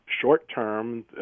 Short-term